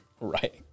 Right